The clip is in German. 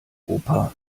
opa